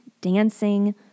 dancing